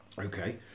Okay